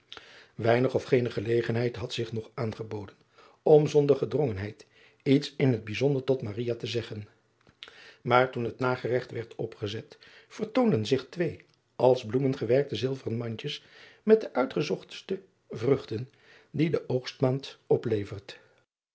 einig of geene gelegenheid had zich nog aangeboden om zonder gedrongenheid iets in het bijzonder tot driaan oosjes zn et leven van aurits ijnslager te zeggen aar toen het nageregt werd opgezet vertoonden zich twee als bloemen gewerkte zilveren mandjes met de uitgezochtste vruchten die de oogstmaand oplevert